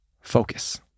Focus